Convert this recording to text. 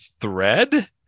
thread